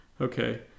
Okay